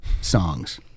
songs